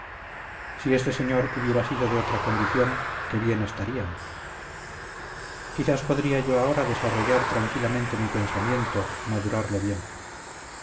si este señor hubiera sido de otra condición qué bien estaríamos quizás podría yo ahora desarrollar tranquilamente mi pensamiento madurarlo bien